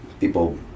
people